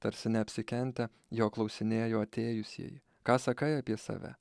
tarsi neapsikentę jo klausinėjo atėjusieji ką sakai apie save